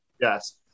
yes